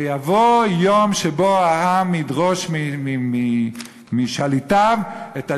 ויבוא יום שבו העם ידרוש משליטיו את הדין.